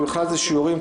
ובכלל זה שיעורים,